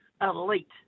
Elite